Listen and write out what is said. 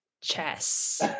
chess